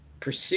Pursue